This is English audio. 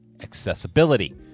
accessibility